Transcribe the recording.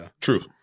true